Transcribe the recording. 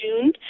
June